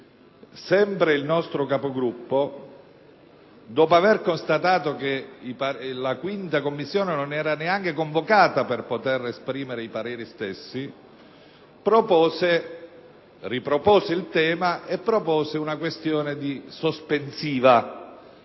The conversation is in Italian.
sempre il nostro Capogruppo, dopo aver constatato che la 5a Commissione non era stata neanche convocata per potere esprimere i pareri stessi, ripropose il tema e propose una questione sospensiva